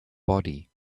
body